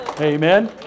Amen